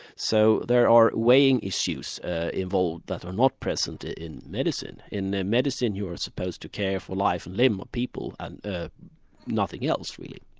so there are weighing issues involved that are not present ah in medicine. in medicine you are supposed to care for life and limb of people and ah nothing else really.